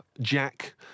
Jack